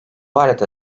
arada